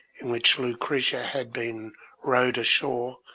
in which lucretia had been rowed ashore,